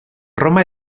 roma